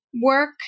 work